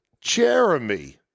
Jeremy